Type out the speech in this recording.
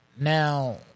Now